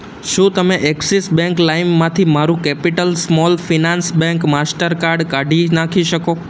શું તમે Axis bank લાઈમમાંથી મારું capital small finance bank master card કાઢી નાખી શકો